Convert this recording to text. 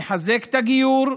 נחזק את הגיור,